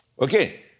Okay